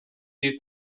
est